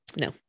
no